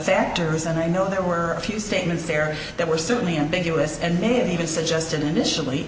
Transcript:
factors and i know there were a few statements there that were certainly ambiguous and may have even suggested initially